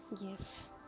Yes